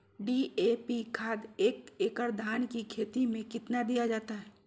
DAP खाद एक एकड़ धान की खेती में कितना दीया जाता है?